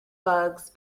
bugs